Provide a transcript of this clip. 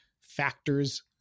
factors